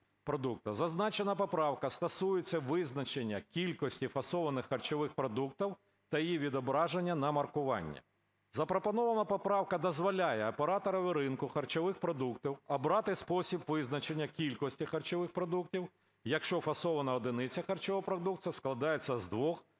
Зазначена поправка стосується визначення кількості фасованих харчових продуктів та її відображення на маркуванні. Запропонована поправка дозволяє операторові ринку харчових продуктів обрати спосіб визначення кількості харчових продуктів, якщо фасована одиниця харчового продукту складається з двох або